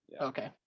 Okay